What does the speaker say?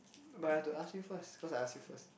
but I have to ask you first cause I ask you first